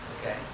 Okay